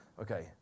Okay